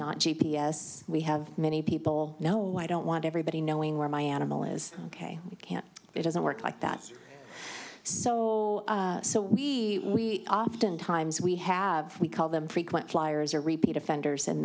not g p s we have many people now why don't want everybody knowing where my animal is ok we can't it doesn't work like that so so we oftentimes we have we call them frequent flyers are repeat offenders and